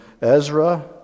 Ezra